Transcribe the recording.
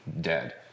Dead